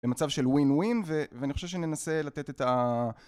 במצב של ווין ווין ואני חושב שננסה לתת את